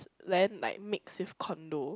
then like mix with condo